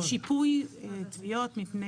שיפוי תביעות מפני